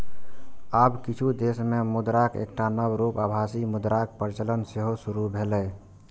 आब किछु देश मे मुद्राक एकटा नव रूप आभासी मुद्राक प्रचलन सेहो शुरू भेलैए